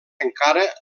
encara